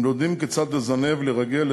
הם לומדים כיצד לזנב, לרגל,